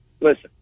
listen